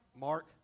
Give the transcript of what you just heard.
Mark